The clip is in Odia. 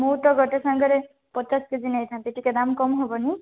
ମୁଁ ତ ଗୋଟେ ସାଙ୍ଗରେ ପଚାଶ କେଜି ନେଇଥାନ୍ତି ଟିକେ ଦାମ୍ କମ୍ ହେବନି